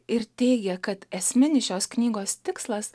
ir teigia kad esminis šios knygos tikslas